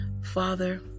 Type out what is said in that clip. Father